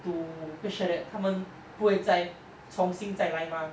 to make sure that 他们不会再重新再来 mah